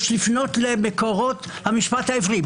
יש לפנות לביקורות המשפט העברי.